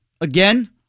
Again